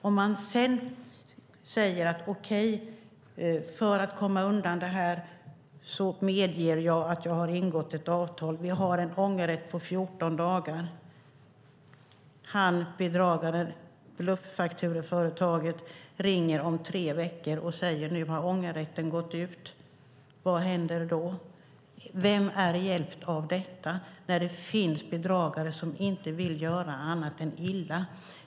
Om man säger: Okej, för att komma undan detta medger jag att jag har ingått ett avtal. Vi har en ångerrätt på 14 dagar. Om bedragaren, bluffaktureföretaget, ringer om tre veckor och säger "Nu har ångerrätten gått ut", vad händer då? Vem är hjälpt av detta, när det finns bedragare som inte vill göra anat än illa?